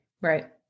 right